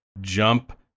jump